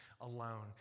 alone